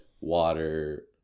water